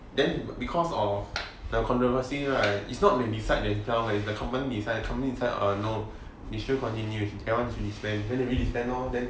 then because of the controversy right it's not they decide themselves leh it's the company decide err no they shouldn't continue that one must disband so they disband lor then